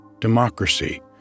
democracy